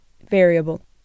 variable